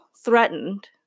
threatened